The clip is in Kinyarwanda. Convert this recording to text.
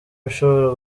bishobora